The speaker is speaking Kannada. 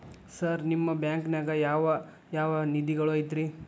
ಸರ್ ನಿಮ್ಮ ಬ್ಯಾಂಕನಾಗ ಯಾವ್ ಯಾವ ನಿಧಿಗಳು ಐತ್ರಿ?